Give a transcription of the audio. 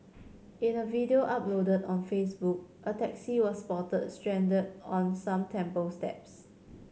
in a video uploaded on Facebook a taxi was spotted stranded on some temple steps